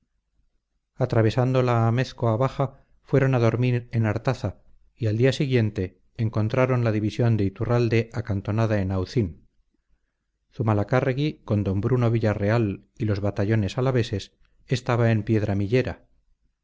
atravesando la amézcoa baja fueron a dormir en artaza y al día siguiente encontraron la división de iturralde acantonada en aucín zumalacárregui con d bruno villarreal y los batallones alaveses estaba en